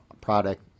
product